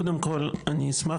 קודם כל אני אשמח,